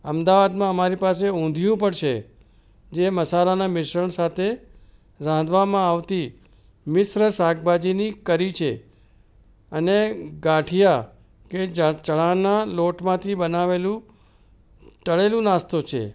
અમદાવાદમાં અમારી પાસે ઊધિયું પણ છે જે મસાલાનાં મિશ્રણ સાથે રાંધવામાં આવતી મિશ્ર શાકભાજીની કરી છે અને ગાંઠિયા કે ચ ચણાના લોટમાંથી બનાવેલું તળેલું નાસ્તો છે